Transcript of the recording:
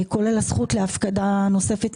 כולל הזכות להפקדה משלימה,